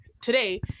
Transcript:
today